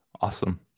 Awesome